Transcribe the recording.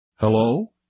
Hello